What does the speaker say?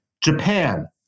Japan